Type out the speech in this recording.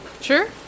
Sure